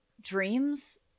dreams